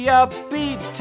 upbeat